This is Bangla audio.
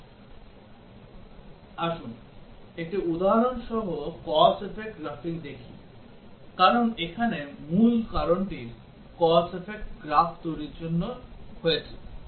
আসুন একটি উদাহরণ সহ cause effect গ্রাফিং দেখি কারণ এখানে মূল কারণটি cause effect গ্রাফ তৈরির মধ্যে রয়েছে